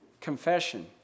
Confession